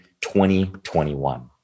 2021